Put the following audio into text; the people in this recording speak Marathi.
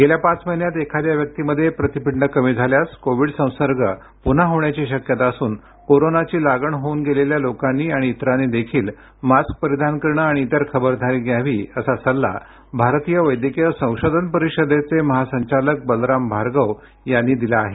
गेल्या पाच महिन्यांत एखाद्या व्यक्तीमध्ये प्रतिपिंड कमी झाल्यास कोविड संसर्ग पुन्हा होण्याची शक्यता असून कोरोनाची लागण होऊन गेलेल्या लोकांनी आणि इतरांनी देखील मास्क परिधान करणं आणि इतर खबरदारी घ्यावी असा सल्ला भारतीय वैद्यकीय संशोधन परिषदेचे महासंचालक बलराम भार्गव यांनी दिला आहे